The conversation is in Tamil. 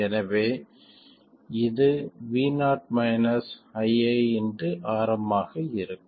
எனவே இது vo iiRm ஆக இருக்கும்